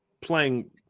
playing